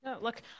look